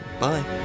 Bye